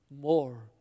more